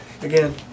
Again